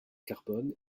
carbone